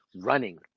running